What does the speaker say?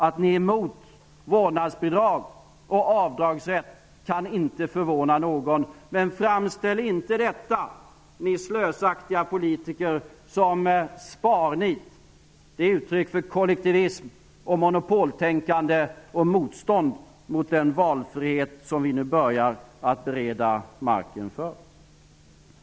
Att ni är emot vårdnadsbidrag och avdragsrätt kan inte förvåna någon. Men framställ inte detta -- ni slösaktiga politiker -- som sparnit! Det är uttryck för kollektivism, monopoltänkande och motstånd mot den valfrihet som vi nu börjar att bereda marken för.